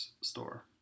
store